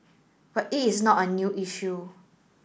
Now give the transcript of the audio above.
but it is not a new issue